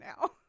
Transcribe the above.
now